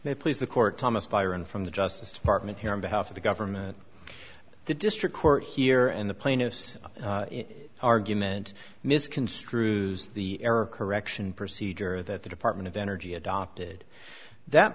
they please the court thomas byron from the justice department here on behalf of the government the district court here and the plaintiffs argument misconstrues the error correction procedure that the department of energy adopted that